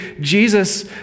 Jesus